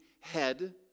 head